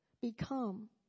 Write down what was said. become